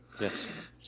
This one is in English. yes